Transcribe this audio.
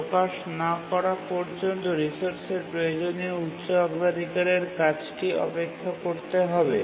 প্রকাশ না করা পর্যন্ত রিসোর্সের প্রয়োজনীয় উচ্চ অগ্রাধিকারের কাজটি অপেক্ষা করতে হবে